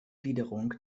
gliederung